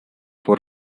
for